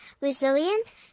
resilient